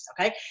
Okay